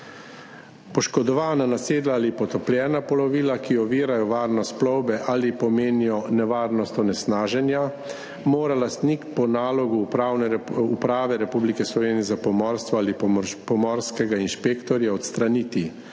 Poškodovana, nasedla ali potopljena plovila, ki ovirajo varnost plovbe ali pomenijo nevarnost onesnaženja, mora lastnik po nalogu Uprave Republike Slovenije za pomorstvo ali pomorskega inšpektorja odstraniti.